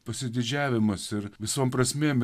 pasididžiavimas ir visom prasmėm